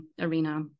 arena